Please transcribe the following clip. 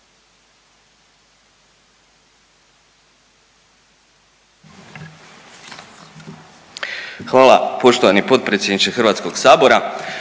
Poštovani predsjedniče hrvatskog sabora.